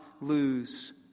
lose